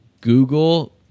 Google